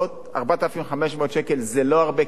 4,500 שקל זה לא הרבה כסף,